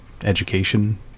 education